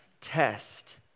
test